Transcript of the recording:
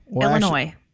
Illinois